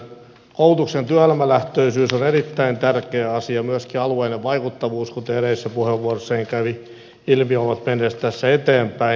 koulutuksen työelämälähtöisyys on erittäin tärkeä asia myöskin alueellinen vaikuttavuus kuten edellisessä puheenvuorossani kävi ilmi ne ovat menneet tässä eteenpäin